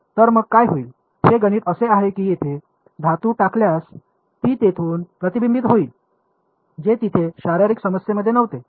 तर मग काय होईल हे गणित असे आहे की येथे धातू टाकल्यास ती तेथून प्रतिबिंबित होईल जे तिथे शारीरिक समस्येमध्ये नव्हते